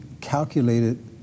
calculated